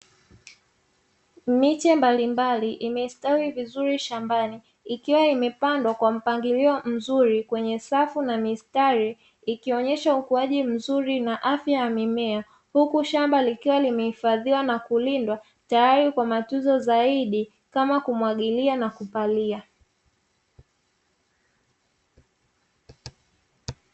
Miche mbalimbali imestawi vizuri shambani, ikiwa imepandwa kwa mpangilio mzuri kwenye safu na mistari, ikonyesha ukuaji mzuri na afya ya mimea, huku shamba likiwa limehifadhiwa na kulindwa tayari kwa matunzo zaidi, kama kumwagilia na kupalia.